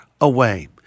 away